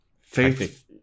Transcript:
Faith